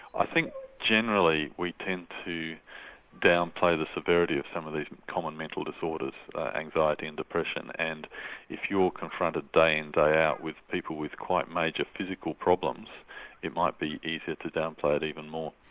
i think generally we tend to downplay the severity of some of these common mental disorders anxiety and depression, and if you're confronted day in day out with people with quite major physical problems it might be easier to downplay it even more.